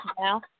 now